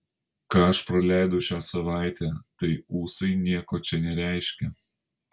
ką aš praleidau šią savaitę tai ūsai nieko čia nereiškia